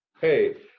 Hey